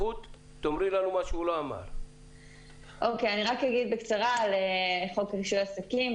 אני אדבר בקצרה על חוק רישוי עסקים.